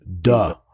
Duh